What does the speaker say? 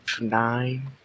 Nine